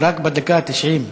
רק בדקה התשעים.